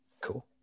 Cool